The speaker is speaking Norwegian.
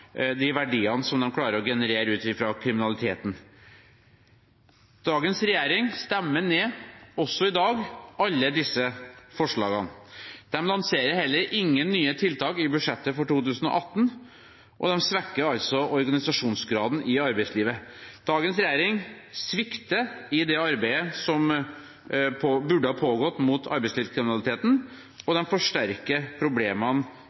de verdiene som de klarer å generere fra kriminaliteten. Regjeringspartiene stemmer ned, også i dag, alle disse forslagene. Regjeringen lanserer heller ingen nye tiltak i budsjettet for 2018, og de svekker organisasjonsgraden i arbeidslivet. Dagens regjering svikter i det arbeidet som burde ha pågått mot arbeidslivskriminaliteten, og de forsterker problemene